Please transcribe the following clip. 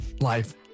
life